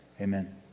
amen